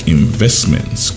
investments